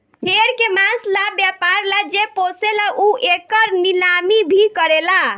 भेड़ के मांस ला व्यापर ला जे पोसेला उ एकर नीलामी भी करेला